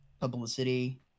publicity